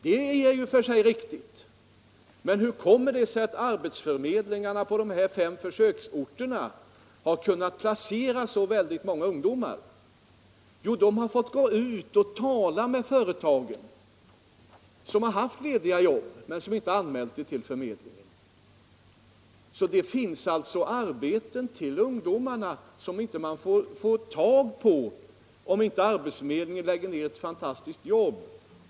Det är i och för sig riktigt. Men hur kommer det sig att arbetsförmedlingarna på de fem försöksorterna har kunnat placera så många ungdomar? Förklaringen är att arbetsförmedlingarna har gått ut och talat med företagen som har haft lediga jobb men inte anmält dessa till arbetsförmedlingen. Det finns alltså arbeten åt ungdomarna som man inte får tag i om inte arbetsförmedlingen lägger ned ett fantastiskt jobb.